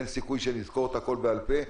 אין סיכוי שנזכור את הכול בעל פה,